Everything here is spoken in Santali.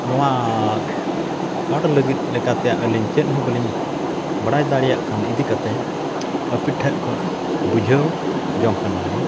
ᱱᱚᱣᱟ ᱠᱟᱨᱰ ᱞᱟᱹᱜᱤᱫ ᱞᱮᱠᱟᱛᱮ ᱟᱹᱞᱤᱧ ᱪᱮᱫ ᱦᱚᱸ ᱵᱟᱹᱞᱤᱧ ᱵᱟᱲᱟᱭ ᱫᱟᱲᱮᱭᱟᱜ ᱠᱟᱱ ᱤᱫᱤ ᱠᱟᱛᱮᱫ ᱟᱯᱮ ᱴᱷᱮᱱ ᱠᱷᱚᱱ ᱵᱩᱡᱷᱟᱹᱣ ᱡᱚᱝ ᱠᱟᱱᱟᱞᱤᱧ